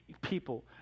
people